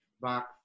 Box